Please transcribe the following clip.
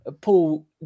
Paul